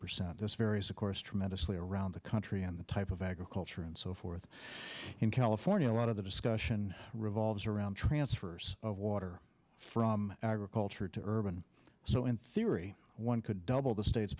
percent this varies of course tremendously around the country and the type of agriculture and so forth in california a lot of the discussion revolves around transfers of water from agriculture to urban so in theory one could double the state